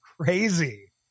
crazy